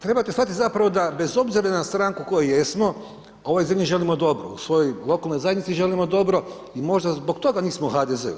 Trebate shvatiti zapravo da bez obzira na stranku u kojoj jesmo, ovoj zemlji želimo dobro u svojoj lokalnoj zajednici želimo dobro i možda zbog toga nismo u HDZ-u.